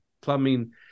plumbing